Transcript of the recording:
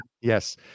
Yes